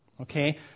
okay